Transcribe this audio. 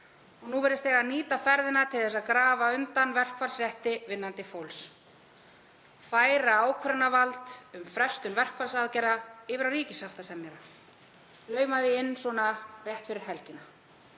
er. Nú virðist eiga að nýta ferðina til þess að grafa undan verkfallsrétti vinnandi fólks, færa ákvörðunarvald um frestun verkfallsaðgerða yfir á ríkissáttasemjara, lauma því inn svona rétt fyrir helgina.